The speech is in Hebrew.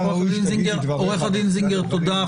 עורך דין זינגר, תודה.